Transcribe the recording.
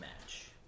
match